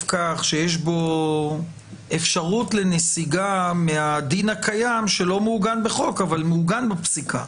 כך שיש בו אפשרות לנסיגה מהדין הקיים שלא מעוגן בחוק אבל מעוגן בפסיקה.